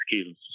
skills